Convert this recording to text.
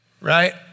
Right